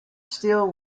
still